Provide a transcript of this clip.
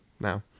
Now